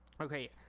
Okay